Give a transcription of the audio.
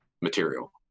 material